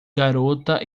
garota